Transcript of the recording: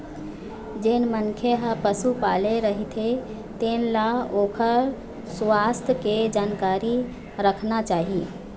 जेन मनखे ह पशु पाले रहिथे तेन ल ओखर सुवास्थ के जानकारी राखना चाही